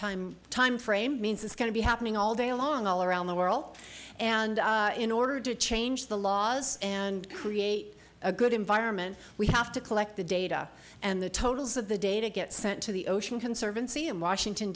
time timeframe means it's going to be happening all day long all around the world and in order to change the laws and create a good environment we have to collect the data and the totals of the data get sent to the ocean conservancy in washington